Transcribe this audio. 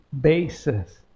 basis